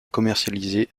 commercialisée